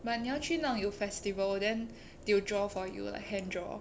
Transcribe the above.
but 你要去那种有 festival then they will draw for you like hand draw